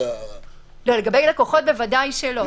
לגבי לקוחות בוודאי שלא.